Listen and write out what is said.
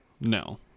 No